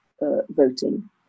voting